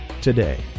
today